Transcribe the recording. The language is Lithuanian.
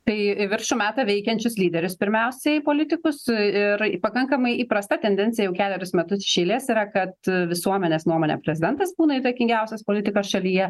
tai į viršų meta veikiančius lyderius pirmiausiai politikus ir pakankamai įprasta tendencija jau kelerius metus iš eilės yra kad visuomenės nuomone prezidentas būna įtakingiausias politikas šalyje